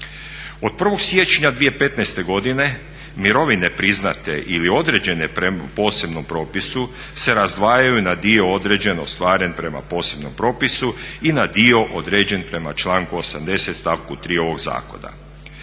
Od 1. siječnja 2015. godine mirovine priznate ili određene prema posebnom propisu se razdvajaju na dio određen, ostvaren prema posebnom propisu i na dio određen prema članku 80. stavku 3. ovog zakona.